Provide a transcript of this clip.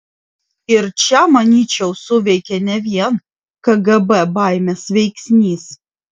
ir čia manyčiau suveikė ne vien kgb baimės veiksnys